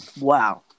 Wow